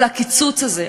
אבל הקיצוץ הזה,